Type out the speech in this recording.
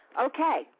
Okay